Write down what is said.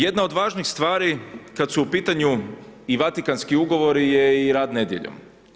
Jedna od važnih stvari, kad su u pitanju i Vatikanski ugovori je i rad nedjeljom.